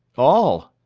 all,